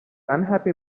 unhappy